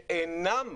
שאינם,